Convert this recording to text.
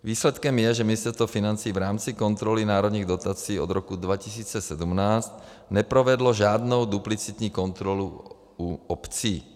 Výsledkem je, že Ministerstvo financí v rámci kontroly národních dotací od roku 2017 neprovedlo žádnou duplicitní kontrolu u obcí.